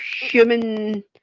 human